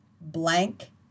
blank